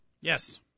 Yes